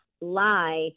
lie